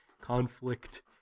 conflict